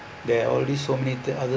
they already so many take other